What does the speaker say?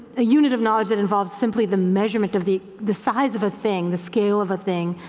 a unit of knowledge that involves simply the measurement of the the size of a thing, the scale of a thing,